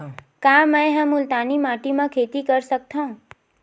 का मै ह मुल्तानी माटी म खेती कर सकथव?